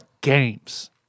games